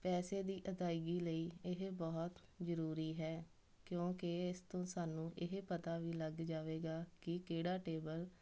ਪੈਸੇ ਦੀ ਅਦਾਇਗੀ ਲਈ ਇਹ ਬਹੁਤ ਜ਼ਰੂਰੀ ਹੈ ਕਿਉਂਕਿ ਇਸ ਤੋਂ ਸਾਨੂੰ ਇਹ ਪਤਾ ਵੀ ਲੱਗ ਜਾਵੇਗਾ ਕਿ ਕਿਹੜਾ ਟੇਬਲ